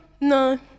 no